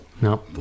No